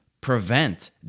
prevent